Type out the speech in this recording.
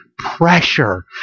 Pressure